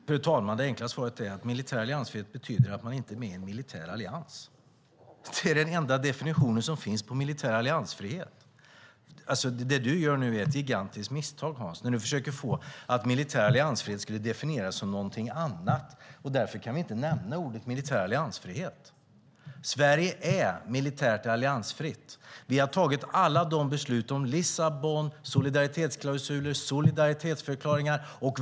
Fru talman! Det enkla svaret är att militär alliansfrihet betyder att man inte är med i en militär allians. Det är den enda definition som finns av militär alliansfrihet. Det du gör nu är ett gigantiskt misstag, Hans, när du försöker få det till att militär alliansfrihet skulle definieras som någonting annat och att vi därför inte kan nämna orden militär alliansfrihet. Sverige är militärt alliansfritt. Vi har fattat alla dessa beslut om Lissabonfördraget, solidaritetsklausuler och solidaritetsförklaringar.